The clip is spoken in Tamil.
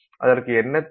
அதற்கு என்ன தேவை